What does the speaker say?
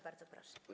Bardzo proszę.